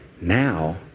Now